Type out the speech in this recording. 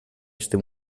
este